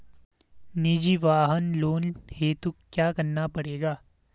निजी वाहन लोन हेतु क्या करना पड़ेगा?